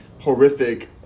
horrific